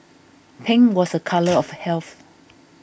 pink was a colour of health